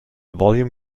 volume